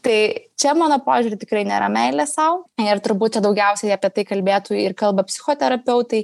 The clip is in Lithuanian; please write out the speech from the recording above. tai čia mano požiūriu tikrai nėra meilės sau ir turbūt čia daugiausiai apie tai kalbėtų ir kalba psichoterapeutai